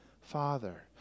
Father